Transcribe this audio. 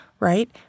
right